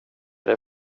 dig